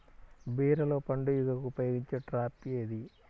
బీరలో పండు ఈగకు ఉపయోగించే ట్రాప్ ఏది?